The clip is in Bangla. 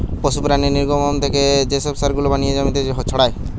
পশু প্রাণীর নির্গমন থেকে যে সার গুলা বানিয়ে জমিতে ছড়ায়